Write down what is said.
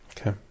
okay